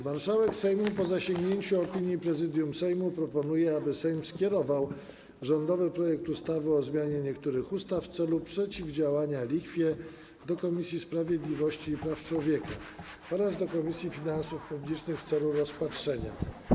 Marszałek Sejmu, po zasięgnięciu opinii Prezydium Sejmu, proponuje, aby Sejm skierował rządowy projekt ustawy o zmianie niektórych ustaw w celu przeciwdziałania lichwie do Komisji Sprawiedliwości i Praw Człowieka oraz do Komisji Finansów Publicznych w celu rozpatrzenia.